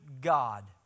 God